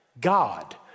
God